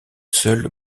seules